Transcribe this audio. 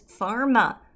pharma